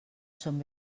són